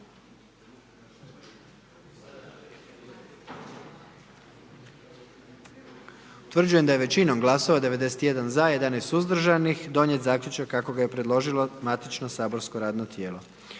Utvrđujem da je većinom glasova 78 za i 1 suzdržan i 20 protiv donijet zaključak kako ga je predložilo matično saborsko radno tijelo.